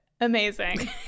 amazing